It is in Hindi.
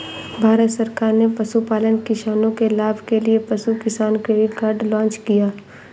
भारत सरकार ने पशुपालन किसानों के लाभ के लिए पशु किसान क्रेडिट कार्ड लॉन्च किया